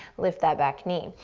lift that back knee.